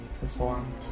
performed